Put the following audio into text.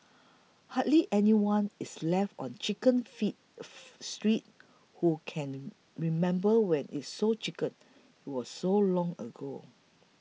hardly anyone is left on Chicken feet Street who can remember when it sold chickens it was so long ago